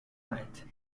night